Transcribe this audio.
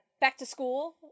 back-to-school